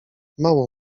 mało